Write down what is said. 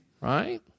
right